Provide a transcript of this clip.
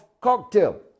cocktail